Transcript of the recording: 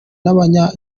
n’abanya